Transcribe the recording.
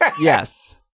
yes